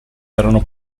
erano